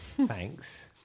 thanks